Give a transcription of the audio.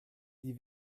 die